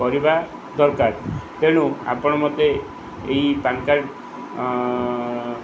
କରିବା ଦରକାର ତେଣୁ ଆପଣ ମୋତେ ଏହି ପାନ୍ କାର୍ଡ଼୍